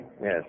Yes